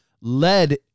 led